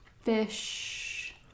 fish